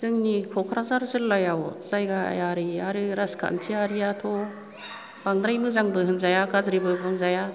जोंनि कक्राझार जिल्लायाव जायगायारि आरो राजखान्थियारिथ' बांद्राय मोजांबो होनजाया गाज्रिबो होनजाया